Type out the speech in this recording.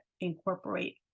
incorporate